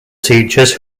teachers